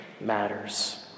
matters